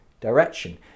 direction